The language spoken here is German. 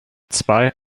zwei